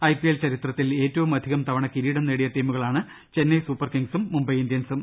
IPL ചരിത്രത്തിൽ ഏറ്റവും അധികം തവണ കിരീടം നേടിയ ടീമുകളാണ് ചെന്നൈ സൂപ്പർകിങ്ങ്സും മുംബൈ ഇന്ത്യൻസും